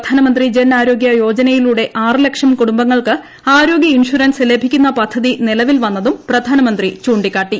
പ്രധാനമന്ത്രി ജൻ ആരോഗ്യ യോജനയിലൂടെ ആറ് ലക്ഷം കുടുംബങ്ങൾക്ക് ആരോഗ്യ ഇൻഷറൻസ് ലഭിക്കുന്ന പദ്ധതി നിലവിൽ വന്നതും പ്രധാനമന്ത്രി ചൂണ്ടിക്കാട്ടി